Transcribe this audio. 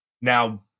Now